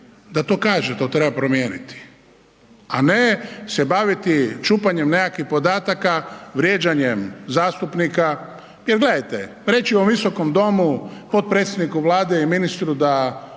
da to kaže da to treba promijeniti a ne se baviti čupanjem nekakvih podataka vrijeđanjem zastupnika jer gledajte, riječ je o Visokom domu, potpredsjedniku Vlade i ministru da